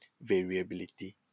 variability